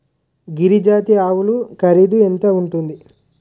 గిరి జాతి ఆవులు ఖరీదు ఎంత ఉంటుంది?